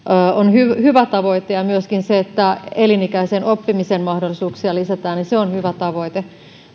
hyvä tavoite ja myöskin se että elinikäisen oppimisen mahdollisuuksia lisätään on hyvä tavoite